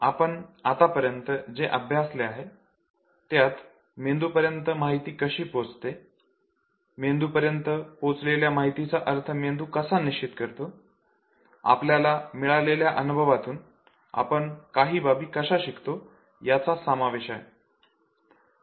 आपण आतापर्यंत जे अभ्यासले आहे त्यात मेंदुपर्यत माहिती कशी पोहचते मेंदू पर्यंत पोचलेल्या माहितीचा अर्थ मेंदू कसा निश्चित करतो आपल्याला मिळालेल्या अनुभवातून आपण काही बाबी कशा शिकतो याचा समावेश आहे